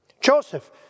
Joseph